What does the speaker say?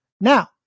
Now